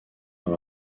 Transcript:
dans